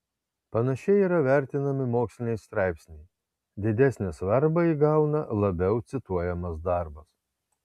panašiai yra vertinami moksliniai straipsniai didesnę svarbą įgauna labiau cituojamas darbas